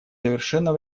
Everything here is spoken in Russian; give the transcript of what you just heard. совершенно